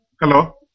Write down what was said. Hello